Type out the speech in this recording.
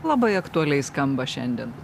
labai aktualiai skamba šiandien